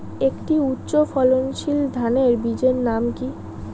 একটি উচ্চ ফলনশীল ধানের বীজের নাম কী?